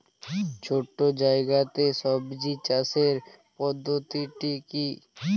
ছোট্ট জায়গাতে সবজি চাষের পদ্ধতিটি কী?